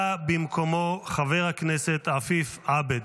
בא במקומו חבר הכנסת עפיף עבד.